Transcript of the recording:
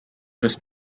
this